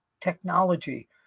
technology